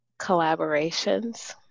collaborations